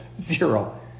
zero